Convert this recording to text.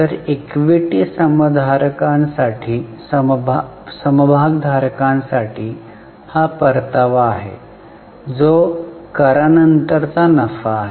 तर ईक्विटी समभागधारकांसाठी हा परतावा आहे जो करा नंतर नफा आहे